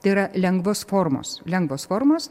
tai yra lengvos formos lengvos formos